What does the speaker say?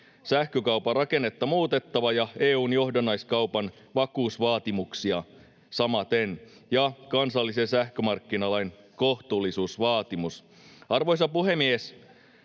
sähkökaupan rakennetta muutettava ja EU:n johdannaiskaupan vakuusvaatimuksia samaten, ja on toteutettava kansallisen sähkömarkkinalain kohtuullisuusvaatimus. Arvoisa puhemies!